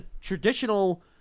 traditional